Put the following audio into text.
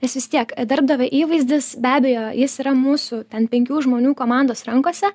nes vis tiek darbdavio įvaizdis be abejo jis yra mūsų ten penkių žmonių komandos rankose